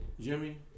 Jimmy